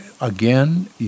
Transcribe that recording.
again